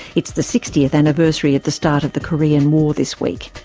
it's the sixtieth anniversary of the start of the korean war this week.